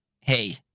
Hey